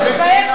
על זה לא מדברים.